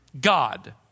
God